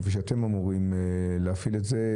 כפי שאתם אמורים להפעיל את זה,